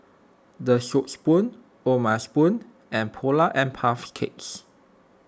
the Soup Spoon O'ma Spoon and Polar and Puff Cakes